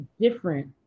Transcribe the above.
different